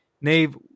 Nave